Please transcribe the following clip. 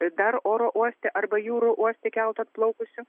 ir dar oro uoste arba jūrų uoste kelto atplaukusio